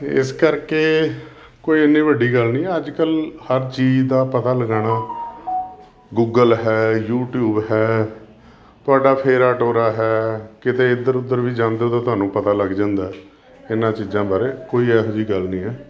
ਇਸ ਕਰਕੇ ਕੋਈ ਇੰਨੀ ਵੱਡੀ ਗੱਲ ਨਹੀਂ ਹੈ ਅੱਜ ਕੱਲ੍ਹ ਹਰ ਚੀਜ਼ ਦਾ ਪਤਾ ਲਗਾਉਣਾ ਗੂਗਲ ਹੈ ਯੂਟੀਊਬ ਹੈ ਤੁਹਾਡਾ ਫੇਰਾ ਤੋਰਾ ਹੈ ਕਿਤੇ ਇੱਧਰ ਉੱਧਰ ਵੀ ਜਾਂਦੇ ਤਾਂ ਤੁਹਾਨੂੰ ਪਤਾ ਲੱਗ ਜਾਂਦਾ ਇਹਨਾਂ ਚੀਜ਼ਾਂ ਬਾਰੇ ਕੋਈ ਇਹੋ ਜਿਹੀ ਗੱਲ ਨਹੀਂ ਹੈ